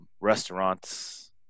restaurants